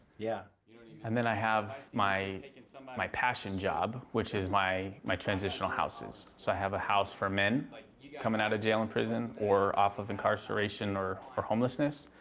yeah you know and then i have my so my passion job, which is my my transitional houses. so i have a house for men like yeah coming out of jail and prison or off of incarceration or or homelessness,